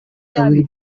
family